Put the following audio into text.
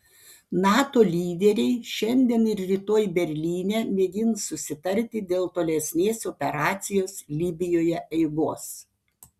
nato lyderiai šiandien ir rytoj berlyne mėgins susitarti dėl tolesnės operacijos libijoje eigos